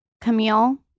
Camille